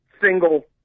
single